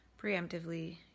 preemptively